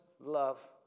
love